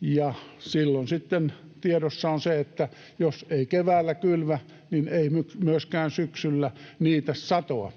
ja silloin sitten tiedossa on se, että jos ei keväällä kylvä, niin ei myöskään syksyllä korjaa satoa.